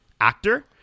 actor